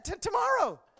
tomorrow